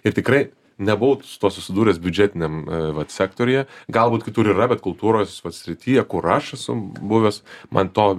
ir tikrai nebuvau su tuo susidūręs biudžetiniam vat sektoriuje galbūt kitur yra bet kultūros srityje kur aš esu buvęs man to